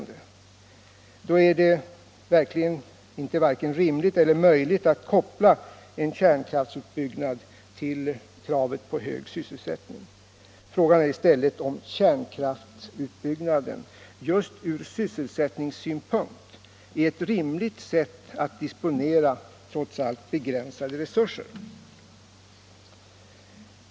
Då är det verkligen inte vare sig rimligt eller möjligt att koppla kärnkraftsutbyggnad till hög sysselsättning. Frågan är i stället om kärnkraftsutbyggnaden just ur sysselsättningssynpunkt är ett rimligt sätt att disponera trots allt begränsade resurser.